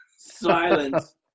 silence